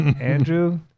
Andrew